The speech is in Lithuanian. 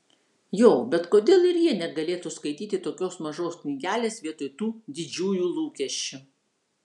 jo bet kodėl ir jie negalėtų skaityti tokios mažos knygelės vietoj tų didžiųjų lūkesčių